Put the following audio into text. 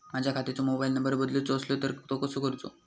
माझ्या खात्याचो mobile number बदलुचो असलो तर तो कसो करूचो?